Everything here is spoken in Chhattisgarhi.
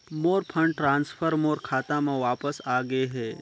मोर फंड ट्रांसफर मोर खाता म वापस आ गे हे